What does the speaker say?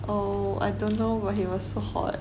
oh I don't know but he was so hot